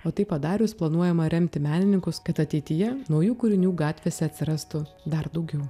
o tai padarius planuojama remti menininkus kad ateityje naujų kūrinių gatvėse atsirastų dar daugiau